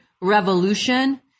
revolution